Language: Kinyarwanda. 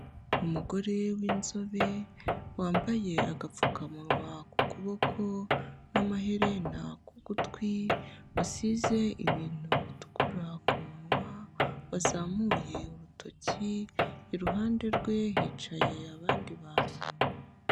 Umugore w'inzobe wambaye agapfukamunwa ku kuboko n'amaherena ku gutwi, wasize ibintu bitukura ku munwa wazamuye urutoki, iruhande rwe hicaye abandi bantu.